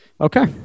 Okay